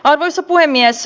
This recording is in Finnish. arvoisa puhemies